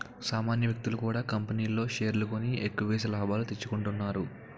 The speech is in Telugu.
సామాన్య వ్యక్తులు కూడా కంపెనీల్లో షేర్లు కొని ఎక్కువేసి లాభాలు తెచ్చుకుంటున్నారు